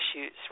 issues